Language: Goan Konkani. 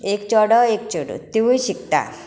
एक चेडो एक चेडूं तिवूय शिकता